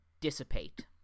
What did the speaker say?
dissipate